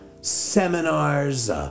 seminars